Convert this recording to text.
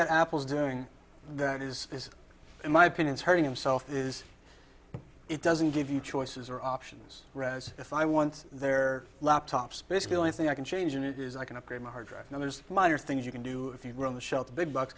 that apple's doing that is in my opinion is hurting himself is it doesn't give you choices or options rise if i want their laptops basically only thing i can change in it is i can upgrade my harddrive and there's minor things you can do if you're on the shelf big bucks